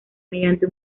mediante